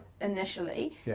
initially